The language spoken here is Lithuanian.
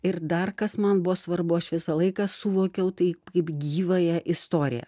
ir dar kas man buvo svarbu aš visą laiką suvokiau tai kaip gyvąją istoriją